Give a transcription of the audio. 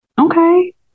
Okay